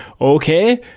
okay